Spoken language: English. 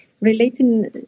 Relating